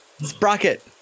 Sprocket